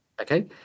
Okay